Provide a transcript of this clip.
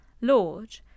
Lord